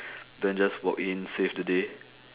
then just walk in save the day